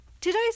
today's